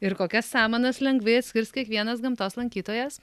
ir kokias samanas lengvai atskirs kiekvienas gamtos lankytojas